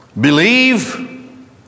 believe